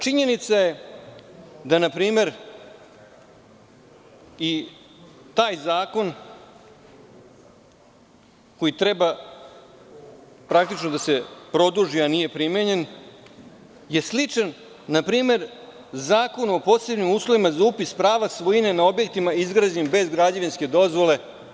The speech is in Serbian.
Činjenica je da, na primer, i taj zakon koji treba praktično da se produži a nije primenjen je sličan Zakonu o posebnim uslovima za upis prava svojine na objektima izgrađenim bez građevinske dozvole.